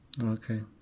Okay